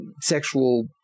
sexual